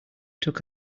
took